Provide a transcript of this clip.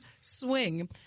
swing